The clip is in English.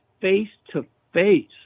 face-to-face